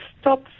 stop